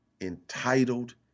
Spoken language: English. Entitled